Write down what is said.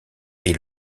est